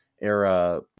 era